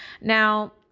Now